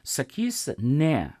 sakys ne